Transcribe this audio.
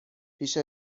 پیش